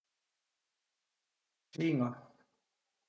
Sin-a